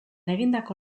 egindako